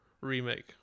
remake